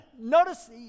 Notice